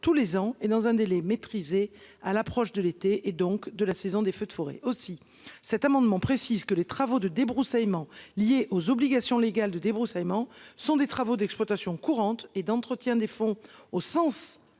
tous les ans et dans un délai maîtrisé à l'approche de l'été et donc de la saison des feux de forêt aussi cet amendement précise que les travaux de débroussaillement liés aux obligations légales de débroussaillement sont des travaux d'exploitation courante et d'entretien des fonds au sens